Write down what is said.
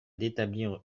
d’établir